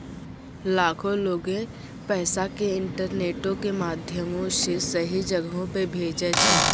लाखो लोगें पैसा के इंटरनेटो के माध्यमो से सही जगहो पे भेजै छै